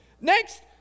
Next